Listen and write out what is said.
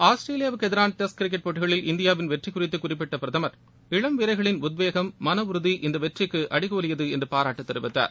ஆஸ்திரேலியாவுக்கு எதிரான test cricket போட்டிகளில் இந்தியாவின் வெற்றி குறித்து குறிப்பிட்ட பிரதமர் இளம் வீரர்களின் உத்வேகம் மன உறுதி இந்த வெற்றிக்கு அடிகோலியது என்று பாராட்டு தெரிவித்தார்